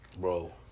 Bro